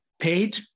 paid